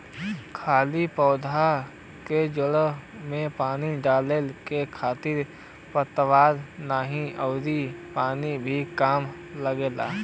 खाली पौधा के जड़ में पानी डालला के खर पतवार नाही अउरी पानी भी कम लगेला